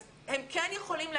אז הם כן יכולים להביא,